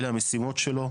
אלה המשימות שלו,